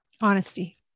Honesty